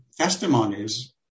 testimonies